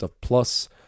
Plus